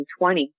2020